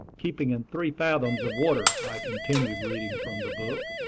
keeping in three fathoms of water i continued, reading from the book.